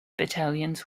battalions